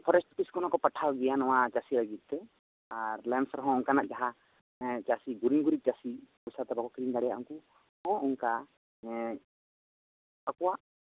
forest office ᱠᱷᱚᱱ ᱦᱚᱸ ᱯᱟᱴᱷᱟᱣ ᱜᱮᱭᱟ ᱱᱚᱶᱟ ᱪᱟᱹᱥᱤ ᱞᱟᱹᱜᱤᱫ ᱛᱮ ᱟᱨ ᱞᱮᱢᱥ ᱨᱮᱦᱚᱸ ᱚᱱᱠᱟᱱᱟᱜ ᱡᱟᱦᱟ ᱪᱟᱹᱥᱤ ᱜᱩᱨᱤᱵ ᱜᱩᱨᱤᱵ ᱪᱟᱹᱥᱤ ᱯᱚᱭᱥᱟ ᱛᱮ ᱵᱟᱠᱚ ᱠᱤᱨᱤᱧ ᱫᱟᱲᱮᱭᱟ ᱩᱱᱠᱩ ᱠᱚ ᱚᱱᱠᱟ ᱚᱠᱭᱟᱜ